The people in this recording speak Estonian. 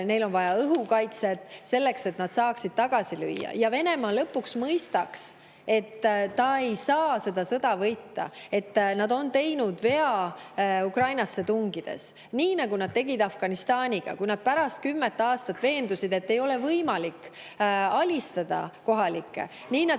Neil on vaja õhukaitset, selleks et nad saaksid [vastase] tagasi lüüa ja Venemaa lõpuks mõistaks, et ta ei saa seda sõda võita ja et nad on teinud vea Ukrainasse tungides. Nii nagu oli Afganistaniga, kui nad pärast kümmet aastat veendusid, et ei ole võimalik alistada kohalikke, nii nad